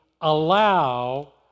allow